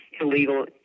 illegal